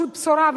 פשוט בשורה.